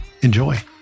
Enjoy